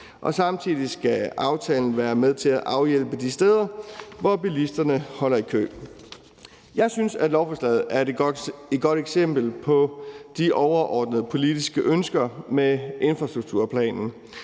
og samtidig skal aftalen være med til at afhjælpe trængslen de steder, hvor bilisterne holder i kø. Jeg synes, at lovforslaget er et godt eksempel på de overordnede politiske ønsker med infrastrukturplanen.